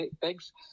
thanks